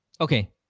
Okay